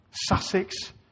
Sussex